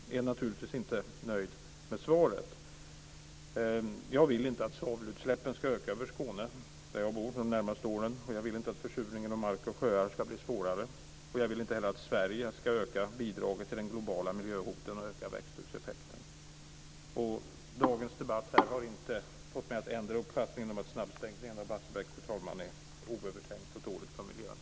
Jag är naturligtvis inte nöjd med svaret. Jag vill inte att svavelutsläppen ska öka över Skåne, där jag bor, de närmaste åren. Jag vill inte att försurningen av mark och sjöar ska bli svårare. Jag vill inte heller att Sverige ska öka bidragen när det gäller de globala miljöhoten och öka växthuseffekten. Fru talman! Dagens debatt har inte fått mig att ändra uppfattning om att snabbstängningen av Barsebäck är oövertänkt och dålig för miljön.